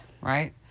Right